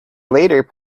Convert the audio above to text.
later